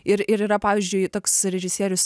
ir ir yra pavyzdžiui toks režisierius